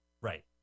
Right